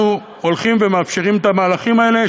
אנחנו הולכים ומאפשרים את המהלכים האלה,